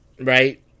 right